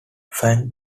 fang